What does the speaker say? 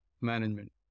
management